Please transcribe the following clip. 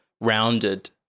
rounded